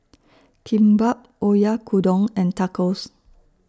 Kimbap Oyakodon and Tacos